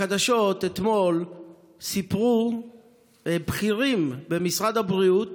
בחדשות אתמול סיפרו בכירים במשרד הבריאות